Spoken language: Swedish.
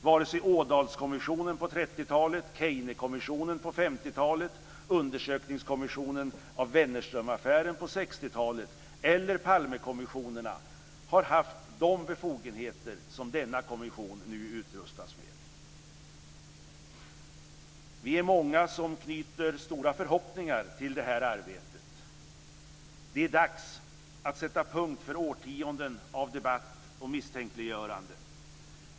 Vare sig Ådalskommissionen på 30-talet, Kejnekommissionen på 50-talet, undersökningskommissionen med anledning av Wennerströmaffären på 60-talet eller Palmekommissionerna har haft sådana befogenheter som denna kommission nu utrustas med. Vi är många som knyter stora förhoppningar till det här arbetet. Det är dags att sätta punkt för årtionden av debatt och misstänkliggöranden.